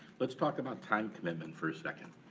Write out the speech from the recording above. let's talk about time commitment for a second.